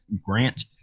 grant